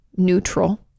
Neutral